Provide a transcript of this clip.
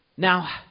Now